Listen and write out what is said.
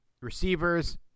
receivers